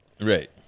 Right